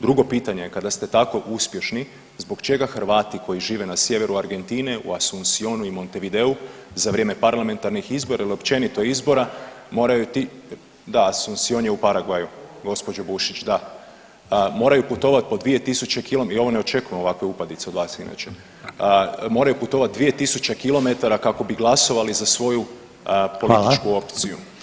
Drugo pitanje, kada ste tako uspješni zbog čega Hrvati koji žive na sjeveru Argentine u Asuncionu i Montevideu za vrijeme parlamentarnih izbora ili općenito izbora, moraju ti, da Asuncion je u Paraguayu gospođo Bušić da, moraju putovati po 2.000 i ovo ne očekujem ovakve upadice od vas inače, moraju putovati 2.000 km kako bi glasovali za svoju [[Upadica: Hvala.]] političku opciju.